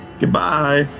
Goodbye